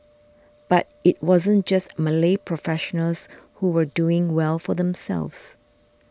but it wasn't just Malay professionals who were doing well for themselves